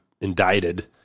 indicted